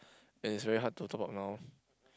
and it's very hard to top up now